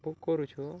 book କରୁଛୁ